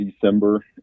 December